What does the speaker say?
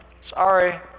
sorry